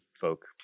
folk